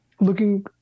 looking